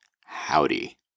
Howdy